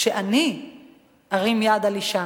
שאני ארים יד על אשה,